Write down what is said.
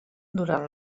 durant